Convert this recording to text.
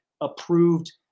approved